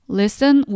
listen